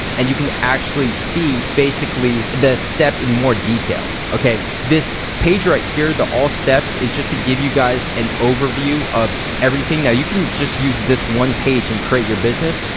and you can actually see basically the step in more detail, okay? this page right here, the all steps is just to give you guys an overview of everything. now, you can just use this one page and create your business,